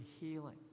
healing